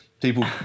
people